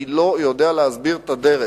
אני לא יודע להסביר את הדרך,